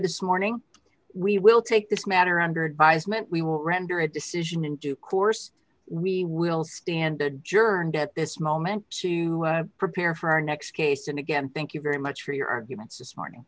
this morning we will take this matter under advisement we will render a decision in due course we will stand adjourned at this moment to prepare for our next case and again thank you very much for your arguments